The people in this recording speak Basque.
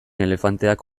elefanteak